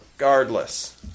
Regardless